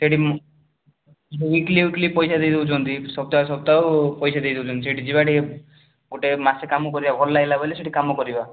ସେଇଠି weekly weekly ପଇସା ଦେଇ ଦେଉଛନ୍ତି ସପ୍ତାହ ସପ୍ତାହକୁ ପଇସା ଦେଇ ଦେଉଛନ୍ତି ସେଇଠି ଯିବା ଟିକେ ଗୋଟେ ମାସ କାମ କରିବା ଭଲ ଲାଗିଲା ମାନେ ସେଠି କାମ କରିବା